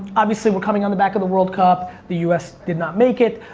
obviously we're coming on the back of the world cup, the us did not make it.